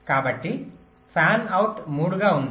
కాబట్టి fan out 3 గా ఉంది